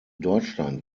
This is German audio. deutschland